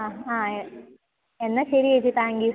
അ ആ എന്നാല് ശ രി ചേച്ചീ താങ്ക്യൂ